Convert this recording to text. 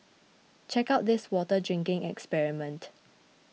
check out this water drinking experiment